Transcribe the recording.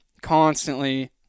constantly